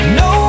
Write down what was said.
no